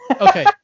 okay